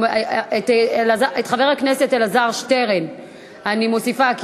את חבר הכנסת אלעזר שטרן אני מוסיפה,